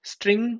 String